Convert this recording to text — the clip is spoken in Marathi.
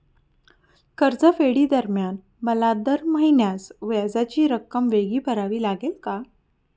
कर्जफेडीदरम्यान मला दर महिन्यास व्याजाची रक्कम वेगळी भरावी लागेल का?